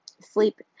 sleep